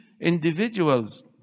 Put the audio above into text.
Individuals